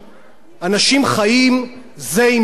אנשים חיים זה עם זו,